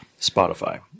Spotify